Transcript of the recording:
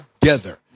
together